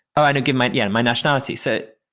ah and give my. yeah. my nationality set.